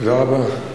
תודה רבה.